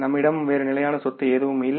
நம்மிடம் வேறு நிலையான சொத்து எதுவும் இல்லை